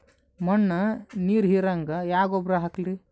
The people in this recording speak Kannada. ಮಣ್ಣ ನೀರ ಹೀರಂಗ ಯಾ ಗೊಬ್ಬರ ಹಾಕ್ಲಿ?